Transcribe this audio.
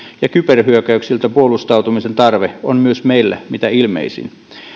ja kyberhyökkäyksiltä puolustautumisen tarve on myös meille mitä ilmeisin